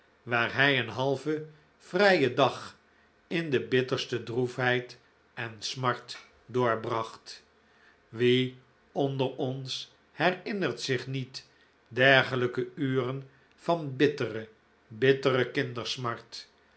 waar hij een halven vrijen dag in de bitterste droefheid en smart doorbracht wie onder ons herinnert zich niet dergelijke uren van bittere bittere kindersmart